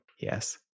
yes